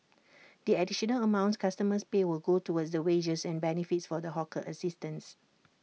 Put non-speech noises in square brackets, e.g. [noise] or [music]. [noise] the additional amounts customers pay will go towards the wages and benefits for the hawker assistants